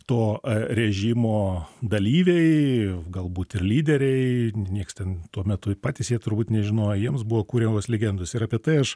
to režimo dalyviai galbūt ir lyderiai nieks ten tuo metu ir patys jie turbūt nežinojo jiems buvo kuriamos legendos ir apie tai aš